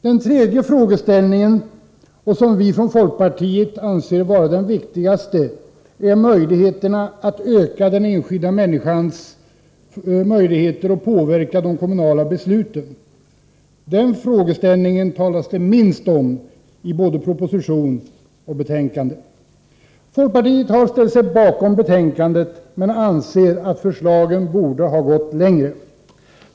Den tredje frågeställningen, som vi från folkpartiet anser vara den viktigaste, är förutsättningarna att öka den enskilda människans möjligheter att påverka de kommunala besluten. Den frågeställningen talas det minst om i såväl proposition som betänkande. Folkpartiet ställer sig bakom betänkandet, men anser att förslagen borde ha gått längre.